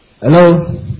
hello